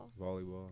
Volleyball